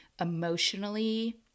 emotionally